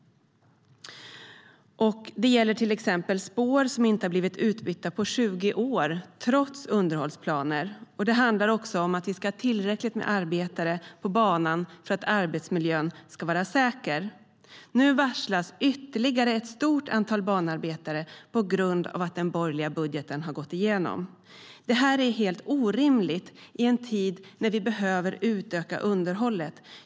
Det gäller till exempel spår som inte har blivit utbytta på 20 år trots underhållsplaner. Det handlar också om att ha tillräckligt med arbetare på banan för att arbetsmiljön ska vara säker. Nu varslas ytterligare ett stort antal banarbetare på grund av att den borgerliga budgeten har gått igenom. Detta är helt orimligt i en tid när vi behöver utöka underhållet.